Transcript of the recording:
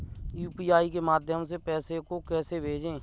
UPI के माध्यम से पैसे को कैसे भेजें?